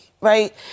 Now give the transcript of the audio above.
right